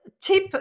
tip